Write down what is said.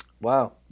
Wow